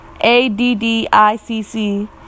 a-d-d-i-c-c